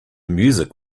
music